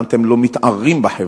למה אתם לא מתערים בחברה?